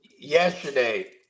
Yesterday